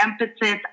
emphasis